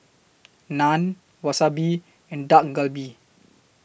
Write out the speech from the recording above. Naan Wasabi and Dak Galbi